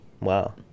Wow